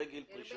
אחרי גיל פרישה"